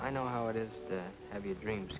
i know how it is to have your dreams